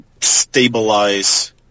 stabilize